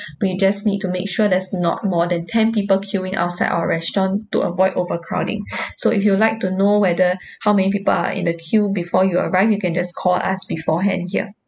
we just need to make sure there's not more than ten people queuing outside our restaurant to avoid overcrowding so if you'd like to know whether how many people are in the queue before you arrive you can just call us beforehand here